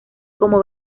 como